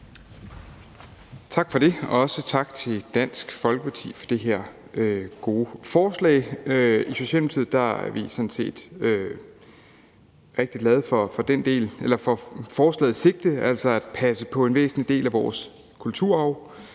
Tak for det, og også tak til Dansk Folkeparti for det her gode forslag. I Socialdemokratiet er vi sådan set rigtig glade for forslagets sigte, altså at passe på en væsentlig del af vores kulturarv.